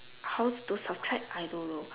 how to subtract I don't know